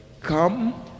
Come